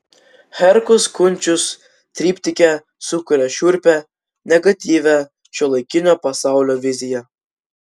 herkus kunčius triptike sukuria šiurpią negatyvią šiuolaikinio pasaulio viziją